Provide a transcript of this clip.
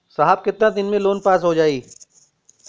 साहब कितना दिन में लोन पास हो जाई?